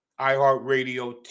iHeartRadio